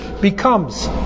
becomes